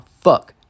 fuck